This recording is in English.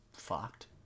Fucked